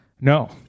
No